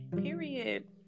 Period